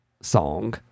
song